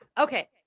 Okay